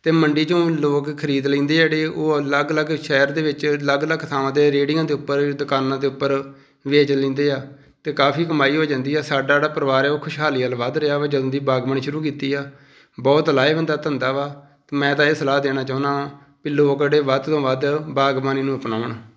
ਅਤੇ ਮੰਡੀ 'ਚੋਂ ਲੋਕ ਖਰੀਦ ਲੈਂਦੇ ਆ ਜਿਹੜੇ ਉਹ ਅਲੱਗ ਅਲੱਗ ਸ਼ਹਿਰ ਦੇ ਵਿੱਚ ਅਲੱਗ ਅਲੱਗ ਥਾਵਾਂ 'ਤੇ ਰੇਹੜੀਆਂ ਦੇ ਉੱਪਰ ਦੁਕਾਨਾਂ ਦੇ ਉੱਪਰ ਵੇਚ ਲੈਂਦੇ ਆ ਅਤੇ ਕਾਫੀ ਕਮਾਈ ਹੋ ਜਾਂਦੀ ਆ ਸਾਡਾ ਜਿਹੜਾ ਪਰਿਵਾਰ ਆ ਉਹ ਖੁਸ਼ਹਾਲੀ ਵੱਲ ਵੱਧ ਰਿਹਾ ਵਾ ਜਦੋਂ ਦੀ ਬਾਗਬਾਨੀ ਸ਼ੁਰੂ ਕੀਤੀ ਆ ਬਹੁਤ ਲਾਹੇਵੰਦ ਆ ਧੰਦਾ ਵਾ ਅਤੇ ਮੈਂ ਤਾਂ ਇਹ ਸਲਾਹ ਦੇਣਾ ਚਾਹੁੰਦਾ ਵੀ ਲੋਕ ਜਿਹੜੇ ਵੱਧ ਤੋਂ ਵੱਧ ਬਾਗਬਾਨੀ ਨੂੰ ਅਪਣਾਉਣ